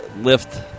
lift